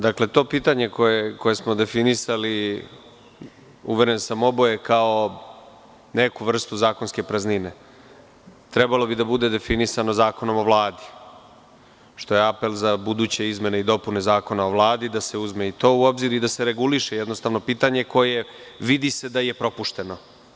Dakle to pitanje koje smo definisali, uveren sam, oboje kao neku vrstu zakonske praznine, trebalo bi da bude definisano Zakonom o Vladi, što je apel za buduće izmene i dopune Zakona o Vladi, da se uzme i to u obzir i da se reguliše jednostavno pitanje za koje se vidi da je propušteno.